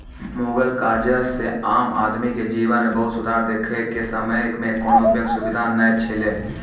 मुगल काजह से आम आदमी के जिवन मे बहुत सुधार देखे के समय मे कोनो बेंक सुबिधा नै छैले